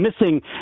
missing